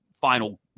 final